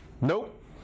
nope